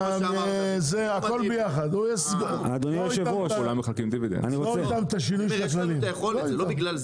הכל ביחד הוא יעבוד איתם על השינוי של הכללים.